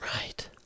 Right